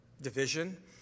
division